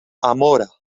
amora